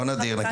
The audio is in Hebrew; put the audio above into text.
לא נדיר.